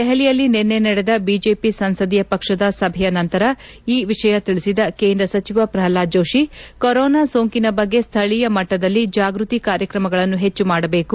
ದೆಹಲಿಯಲ್ಲಿ ನಿನ್ನೆ ನಡೆದ ಬಿಜೆಪಿ ಸಂಸದೀಯ ಪಕ್ಷದ ಸಭೆಯ ನಂತರ ಈ ವಿಷಯ ತಿಳಿಸಿದ ಕೇಂದ್ರ ಸಚಿವ ಪ್ರಹ್ಹಾದ್ ಜೋಶಿ ಕೊರೊನಾ ಸೋಂಕನ ಬಗ್ಗೆ ಸ್ಥಳೀಯ ಮಟ್ಟದಲ್ಲಿ ಜಾಗೃತಿ ಕಾರ್ಯಕ್ರಮಗಳನ್ನು ಹೆಚ್ಚು ಮಾಡಬೇಕು